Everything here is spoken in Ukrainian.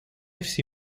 всі